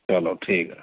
چلو ٹھیک ہے